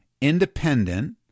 independent